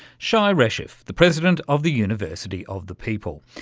shai reshef, the president of the university of the people.